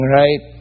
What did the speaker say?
right